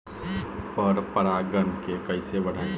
पर परा गण के कईसे बढ़ाई?